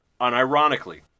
Unironically